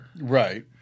Right